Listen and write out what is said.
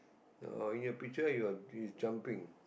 oh in your picture you're he is jumping